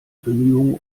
bemühungen